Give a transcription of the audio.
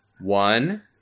One